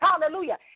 hallelujah